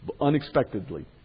unexpectedly